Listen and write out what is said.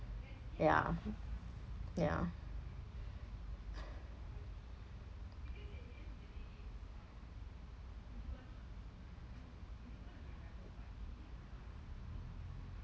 ya ya